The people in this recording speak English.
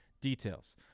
details